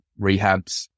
rehabs